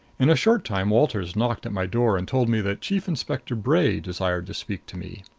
in a short time walters knocked at my door and told me that chief inspector bray desired to speak to me.